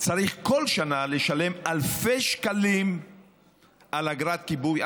צריך כל שנה לשלם אלפי שקלים על אגרת כיבוי?